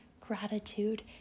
gratitude